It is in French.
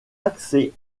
accès